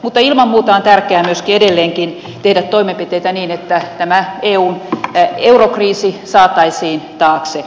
mutta ilman muuta on tärkeää myöskin edelleenkin tehdä toimenpiteitä niin että tämä eun eurokriisi saataisiin taakse